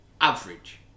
Average